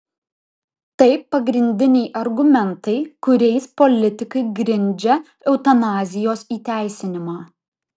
tai pagrindiniai argumentai kuriais politikai grindžia eutanazijos įteisinimą